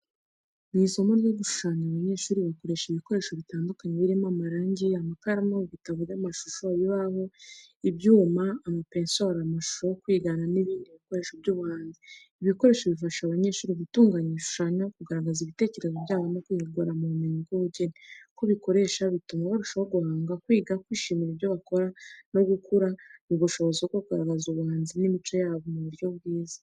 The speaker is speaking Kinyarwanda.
Mu isomo ryo gushushanya, abanyeshuri bakoresha ibikoresho bitandukanye birimo amarangi, amakaramu, ibitabo by’amashusho, ibibaho, ibumba, ama penseli, amashusho yo kwigana n’ibindi bikoresho by’ubuhanzi. Ibi bikoresho bifasha abanyeshuri gutunganya ibishushanyo, kugaragaza ibitekerezo byabo no kwihugura mu bumenyi bw’ubugeni. Uko bikoresha, bituma barushaho guhanga, kwiga, kwishimira ibyo bakora no gukura mu bushobozi bwo kugaragaza ubuhanzi n’imico yabo mu buryo bwiza.